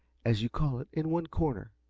as you call it, in one corner.